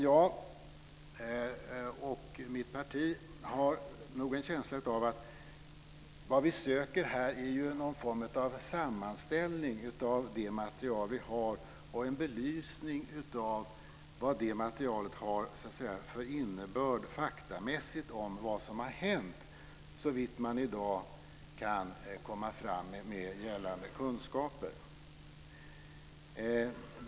Jag och mitt parti har nog en känsla av att vi här söker någon form av sammanställning av det material som finns och en belysning av vad det materialet har för faktamässig innebörd om vad som har hänt såvitt man i dag kan komma fram med gällande kunskaper.